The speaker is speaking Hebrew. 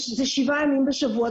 זה שבעה ימים בשבוע,